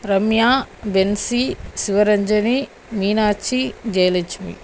Ramya Bency Sivaranjani Meenakshi Jayalakshmi